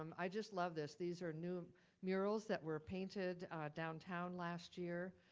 um i just love this. these are new murals that were painted downtown last year.